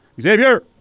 Xavier